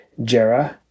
Jera